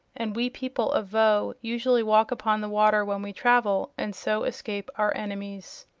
and we people of voe usually walk upon the water when we travel, and so escape our enemies.